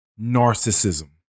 Narcissism